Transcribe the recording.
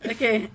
Okay